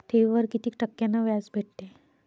ठेवीवर कितीक टक्क्यान व्याज भेटते?